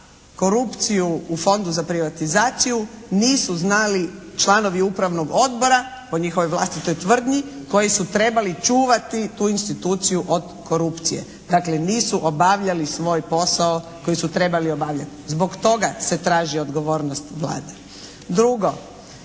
korupciju u Fondu za privatizaciju nisu znali članovi upravnog odbora, po njihovoj vlastitoj tvrdnji koji su trebali čuvati tu instituciju od korupcije. Dakle nisu obavljali svoj posao koji su trebali obavljati. Zbog toga se traži odgovornost Vlade. Drugo.